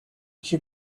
she